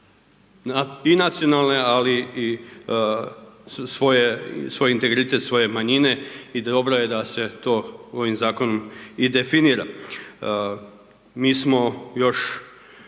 i nacionalne i svoje integritet svoje manjine i dobro je da se to ovim zakonom i definira. Mi smo još